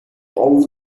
old